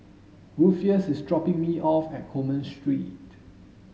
rufus is dropping me off at Coleman Street